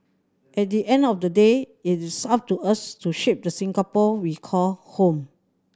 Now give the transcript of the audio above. at the end of the day it is up to us to shape the Singapore we call home